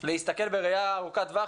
להסתכל בראייה ארוכת טווח,